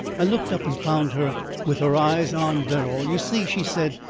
i looked up and found her with her eyes on verrall. you see, she said,